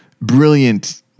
brilliant